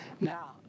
Now